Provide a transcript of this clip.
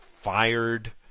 fired